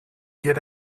get